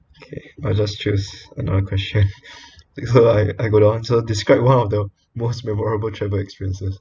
okay I'll just choose another question this one I got to answer describe one of the most memorable travel experiences